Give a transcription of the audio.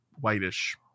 whitish